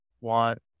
want